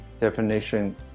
definition